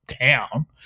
town